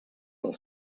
del